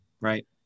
Right